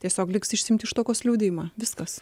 tiesiog liks išsiimti ištuokos liudijimą viskas